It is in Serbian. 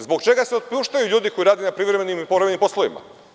Zbog čega se otpuštaju ljudi koji rade na privremenim i povremenim poslovima?